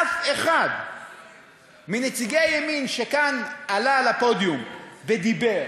אף אחד מנציגי הימין שכאן עלה על הפודיום, ודיבר